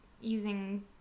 using